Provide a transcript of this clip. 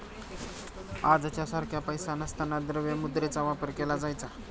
आजच्या सारखा पैसा नसताना द्रव्य मुद्रेचा वापर केला जायचा